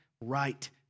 right